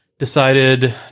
Decided